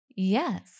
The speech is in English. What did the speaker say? Yes